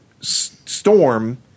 Storm